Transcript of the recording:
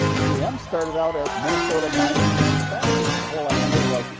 three m started out as minnesota mining and manufacturing. the whole idea was,